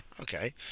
Okay